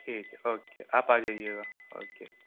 ٹھیک ہے اوکے آپ آ جائیے گا اوکے